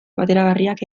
bateragarriak